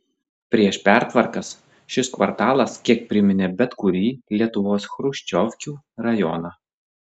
prieš pertvarkas šis kvartalas kiek priminė bet kurį lietuvos chruščiovkių rajoną